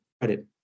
credit